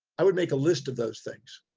i would make a list of those things.